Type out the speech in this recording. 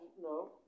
no